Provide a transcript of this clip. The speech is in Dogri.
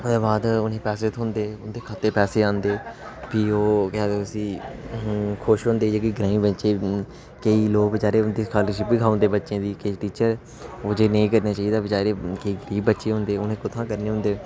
ओह्दे बाद उ'नें गी पैसे थ्होंदे उं'दे खाते च पैसे औंदे फ्ही ओह् केह् आखदे उसी खुश होंदे जेह्के ग्राईं बच्चे केईं लोक बचैरे स्कालरशिप बी खाई ओड़दे बच्चे दी किश टीचर ओह् चीज नेईं करनी चाहिदी बचैरे गी केईं गरीब बच्चे होंदे उ'नें उत्थुआं गै करने होंदे